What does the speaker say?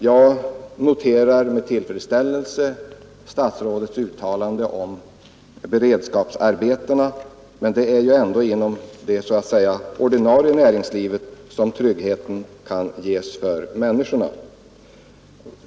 Jag noterar med tillfredsställelse statsrådets uttalande om beredskapsarbetena, men det är ändå inom det så att säga ordinarie näringslivet som människorna kan ges trygghet.